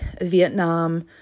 Vietnam –